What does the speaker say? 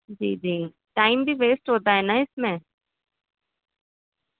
جی جی ٹائم بھی ویسٹ ہوتا ہے نا اس میں